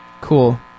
Cool